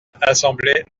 assemblée